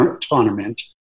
tournament